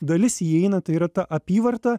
dalis įeina tai yra ta apyvarta